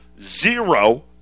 Zero